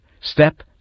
Step